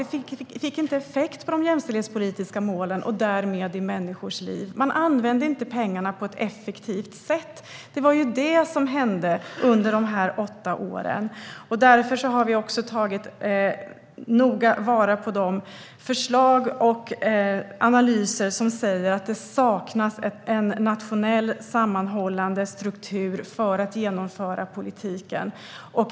Det fick inte effekt på de jämställdhetspolitiska målen, och därmed inte heller i människors liv. Man använde inte pengarna på ett effektivt sätt. Det var det som hände under de här åtta åren. Därför har vi tagit noga vara på de förslag och analyser som säger att det saknas en nationell sammanhållande struktur för genomförande av politiken.